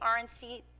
RNC